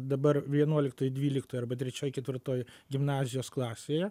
dabar vienuoliktoj dvyliktoj arba trečioj ketvirtoj gimnazijos klasėje